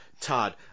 Todd